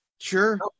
sure